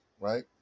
right